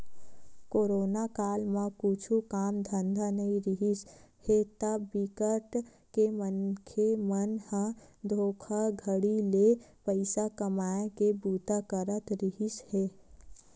corona काल म कुछु काम धंधा नइ रिहिस हे ता बिकट के मनखे मन ह धोखाघड़ी ले पइसा कमाए के बूता करत रिहिस हे